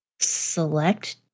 select